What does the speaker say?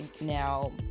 now